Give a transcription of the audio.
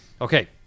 Okay